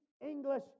English